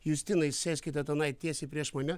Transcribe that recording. justinai sėskite tenai tiesiai prieš mane